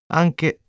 anche